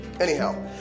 Anyhow